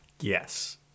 Yes